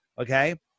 okay